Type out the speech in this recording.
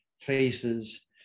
faces